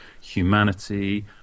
humanity